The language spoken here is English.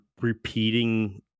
repeating